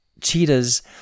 Cheetahs